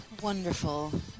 wonderful